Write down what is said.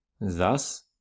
Thus